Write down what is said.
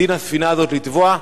דין הספינה הזאת לטבוע,